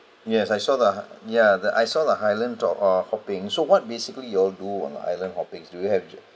yes I saw the ya the I saw the island drop uh hopping so what basically you all do on the island hopping do you have